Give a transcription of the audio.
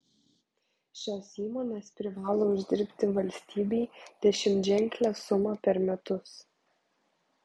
šios įmonės privalo uždirbti valstybei dešimtženklę sumą per metus